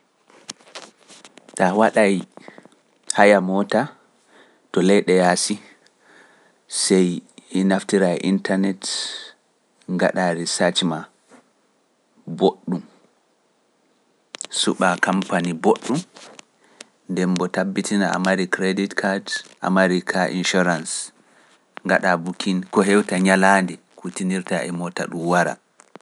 Taa waɗai haya moota to leyɗe yaasi sey naftiraa e internet ngaɗa sacin boɗɗum. Suɓaa kampani boɗɗum ndem bo tabitina a mari kredit kad, a mari kati insurance, ngaɗa bukin ko hewta ñalaande kutinirtaa e moota ɗum wara.